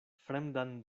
fremdan